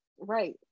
right